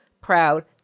proud